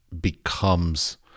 becomes